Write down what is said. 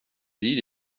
l’île